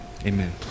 Amen